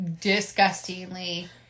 disgustingly